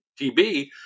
TB